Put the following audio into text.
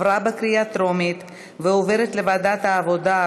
לוועדת העבודה,